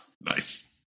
Nice